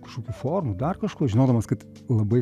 kažkokių formų dar kažko žinodamas kad labai